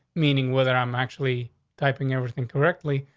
meaning whether i'm actually typing everything correctly,